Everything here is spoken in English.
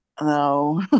No